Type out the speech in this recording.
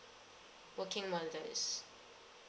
working mothers